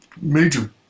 major